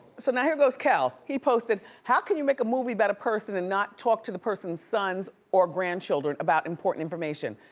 so now here goes kel. he posted, how can you make a movie about a person and not talk to the person's sons or grandchildren about important information?